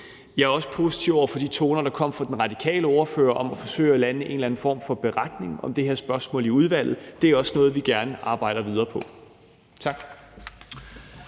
Jeg er også positiv over for de toner, der kom fra den radikale ordfører om at forsøge at lande en eller anden form for beretning om det her spørgsmål i udvalget. Det er også noget, vi gerne arbejder videre på. Tak.